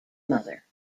mother